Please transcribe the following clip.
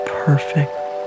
perfect